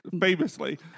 famously